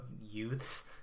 youths